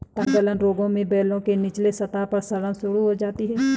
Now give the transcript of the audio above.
तनगलन रोग में बेलों के निचले सतह पर सड़न शुरू हो जाती है